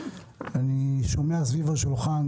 אני שומע סביב השולחן,